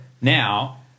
Now